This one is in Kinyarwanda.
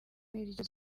niryo